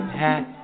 hat